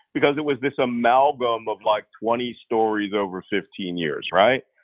because it was this amalgam of like twenty stories over fifteen years. right?